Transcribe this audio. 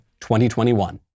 2021